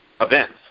events